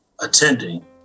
Attending